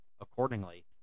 Accordingly